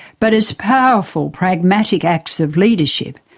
but as powerful, pragmatic acts of leadership,